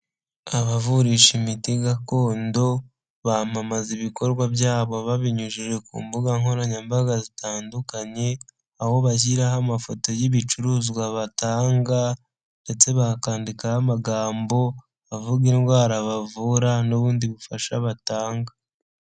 Abavurisha imiti gakondo bamamaza ibikorwa byabo babinyujije ku mbuga nkoranyambaga zitandukanye aho bashyiraho amafoto y'ibicuruzwa batanga ndetse bakandikaho amagambo avuga indwara bavura n'ubundi bufasha batanga.